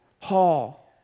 Paul